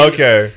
Okay